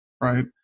Right